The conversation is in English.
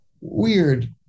Weird